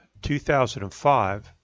2005